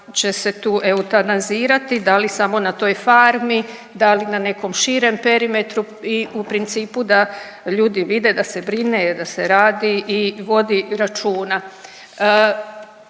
će se tu eutanazirati, da li samo na toj farmi, da li na nekom širem perimetru i u principu da ljudi vide da se brine, da se radi i vodi računa.